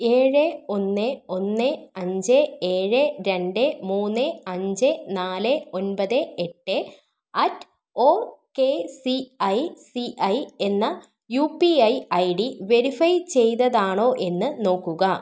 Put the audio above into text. ഏഴ് ഒന്ന് ഒന്ന് അഞ്ച് ഏഴ് രണ്ട് മൂന്ന് അഞ്ച് നാല് ഒൻപത് എട്ട് അറ്റ് ഒകെസിഐസിഐ എന്ന യുപിഐ ഐഡി വെരിഫൈ ചെയ്തതാണോ എന്ന് നോക്കുക